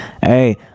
Hey